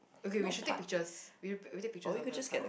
okay we should take pictures we we take pictures of the card